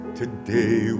today